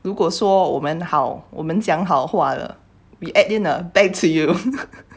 如果说我们好我们讲好话的 we add in a back to you